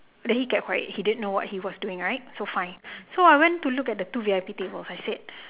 then he kept quiet he didn't know what he was doing right so fine so I went to look at the two V_I_P tables I said